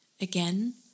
Again